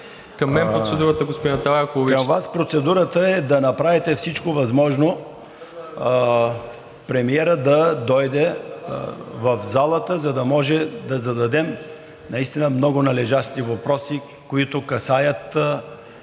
Към Вас процедурата е да направите всичко възможно премиерът да дойде в залата, за да може да зададем наистина много належащи въпроси, които касаят